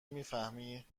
میفهمی